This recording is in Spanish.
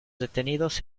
detenidos